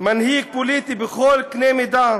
מנהיג פוליטי בכל קנה מידה,